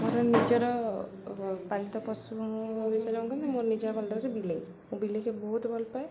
ମୋର ନିଜର ପାଳିତ ପଶୁ ବିଷୟରେ ମୋ ନିଜର ପାଳିତ ପଶୁ ବିଲେଇ ମୁଁ ବିଲେଇକୁ ବହୁତ ଭଲ ପାଏ